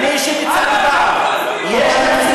אני אישית הצעתי פעם: יש תקציבים,